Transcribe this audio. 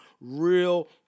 real